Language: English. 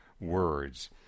words